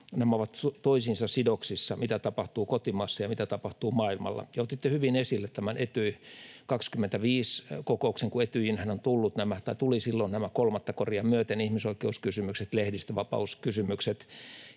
nämä ovat toisiinsa sidoksissa, mitä tapahtuu kotimaassa ja mitä tapahtuu maailmalla. Ja otitte hyvin esille tämän Etyj 25 ‑kokouksen, kun Etyjiinhän tuli silloin kolmatta koria myöten nämä ihmisoikeuskysymykset, lehdistönvapauskysymykset,